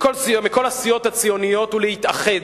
מכל הסיעות הציוניות, הוא להתאחד,